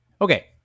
Okay